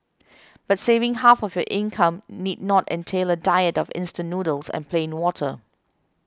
but saving half of your income need not entail a diet of instant noodles and plain water